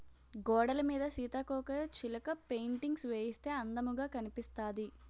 గోడలమీద సీతాకోకచిలక పెయింటింగ్స్ వేయిస్తే అందముగా కనిపిస్తాది